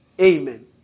Amen